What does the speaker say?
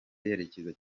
yerekeza